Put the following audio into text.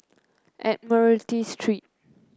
Admiralty Street